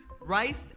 rice